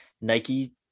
Nike